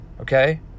Okay